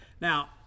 Now